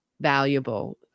valuable